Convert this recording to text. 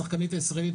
השחקנית הישראלית,